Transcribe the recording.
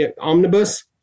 Omnibus